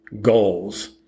goals